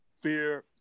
fear